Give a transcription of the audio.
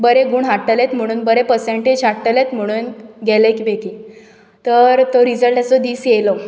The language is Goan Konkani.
बरे गूण हाडटलेंत म्हुणून बरे पसंर्टेज हाडटलेंत म्हुणून गेले खेपे की तर तो रिजल्टाचो दीस येयलो